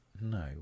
No